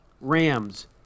Rams